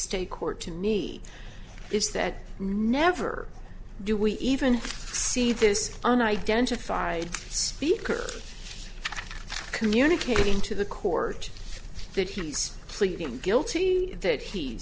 state court to me is that never do we even see this on identified speaker communicating to the court that he's pleading guilty that he